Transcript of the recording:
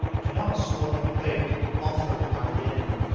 do not swallow bait offered by the enemy.